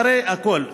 אחרי הכול,